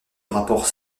rapport